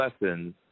lessons